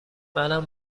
منم